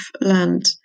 land